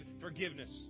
forgiveness